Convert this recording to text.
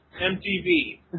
MTV